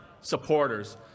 supporters